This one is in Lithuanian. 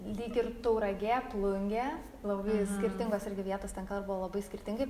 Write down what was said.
lyg ir tauragė plungė labai skirtingos irgi vietos ten kalba labai skirtingai